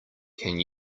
can